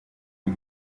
die